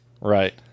Right